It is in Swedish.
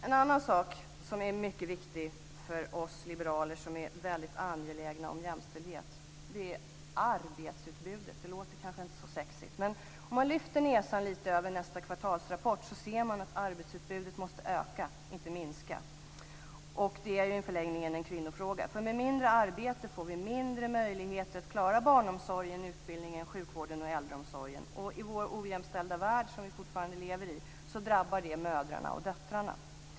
En annan sak som är mycket viktig för oss liberaler, som är väldigt angelägna om jämställdhet, är arbetsutbudet. Det låter kanske inte så sexigt, men om man lyfter näsan lite över nästa kvartalsrapport ser man att arbetsutbudet måste öka, inte minska. Det är ju i förlängningen en kvinnofråga, för med mindre arbete får vi mindre möjligheter att klara barnomsorgen, utbildningen, sjukvården och äldreomsorgen. Och i vår ojämställda värld som vi fortfarande lever i drabbar det mödrarna och döttrarna.